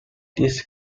this